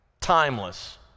Timeless